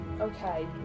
Okay